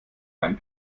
einen